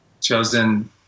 Chosen